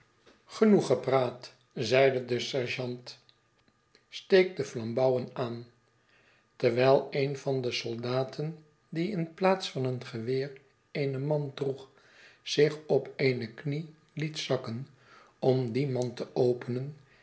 genoeg gepraat zeide de sergeant steek de flambouwen aan terwijl een van de soldaten die in plaats van een geweer eene mand droeg zich op eene knie liet zakken om die mand te openen